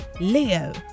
Leo